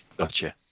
Gotcha